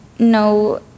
No